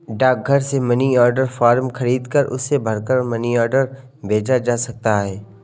डाकघर से money order form खरीदकर उसे भरकर मनी ऑर्डर भेजा जा सकता है